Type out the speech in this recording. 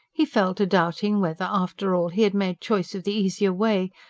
he fell to doubting whether, after all, he had made choice of the easier way,